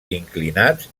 inclinats